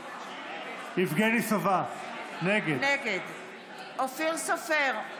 נגד אופיר סופר,